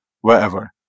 wherever